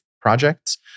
projects